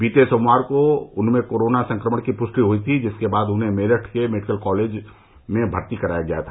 बीते सोमवार को उनमें कोरोना संक्रमण की पुष्टि हुई थी जिसके बाद उन्हें मेरठ के मेडिकल कॉलेज में भर्ती कराया गया था